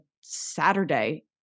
Saturday